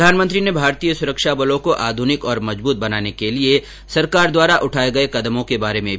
प्रधानमंत्री ने भारतीय सुरक्षा बलों को आधुनिक और मजबूत बनाने के लिए सरकार द्वारा उठाए गए कदमों के बारे में भी बताया